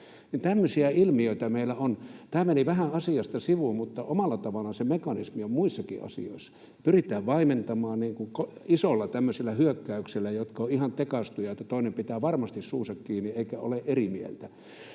Tämmöisiä ilmiöitä meillä on. Tämä meni vähän asiasta sivuun, mutta omalla tavallaan se mekanismi on muissakin asioissa. Pyritään vaimentamaan isoilla tämmöisillä hyökkäyksillä, jotka ovat ihan tekaistuja, niin että toinen pitää varmasti suunsa kiinni eikä ole eri mieltä.